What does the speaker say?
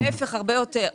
להיפך, הרבה יותר.